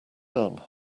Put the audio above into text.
done